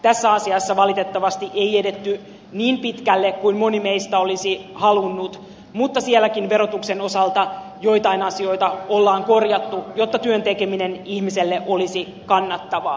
tässä asiassa valitettavasti ei edetty niin pitkälle kuin moni meistä olisi halunnut mutta sielläkin verotuksen osalta joitain asioita on korjattu jotta työn tekeminen ihmiselle olisi kannattavaa